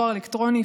דואר אלקטרוני,